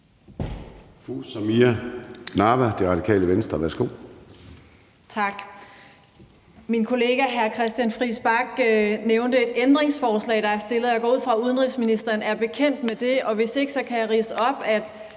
Værsgo. Kl. 22:51 Samira Nawa (RV): Tak. Min kollega hr. Christian Friis Bach nævnte et ændringsforslag, der er stillet. Jeg går ud fra, at udenrigsministeren er bekendt med det. Hvis ikke kan jeg ridse op, at